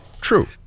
true